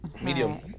Medium